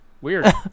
Weird